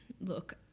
look